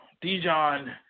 Dijon